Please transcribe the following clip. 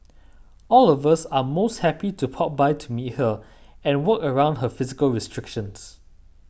all of us are most happy to pop by to meet her and work around her physical restrictions